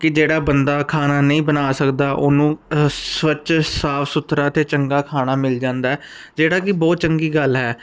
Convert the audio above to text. ਕਿ ਜਿਹੜਾ ਬੰਦਾ ਖਾਣਾ ਨਹੀਂ ਬਣਾ ਸਕਦਾ ਉਹਨੂੰ ਸਵੱਚ ਸਾਫ ਸੁਥਰਾ ਤੇ ਚੰਗਾ ਖਾਣਾ ਮਿਲ ਜਾਂਦਾ ਜਿਹੜਾ ਕਿ ਬਹੁਤ ਚੰਗੀ ਗੱਲ ਹੈ